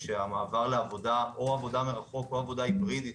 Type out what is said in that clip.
המעבר לעבודה מרחוק או עבודה היברידית,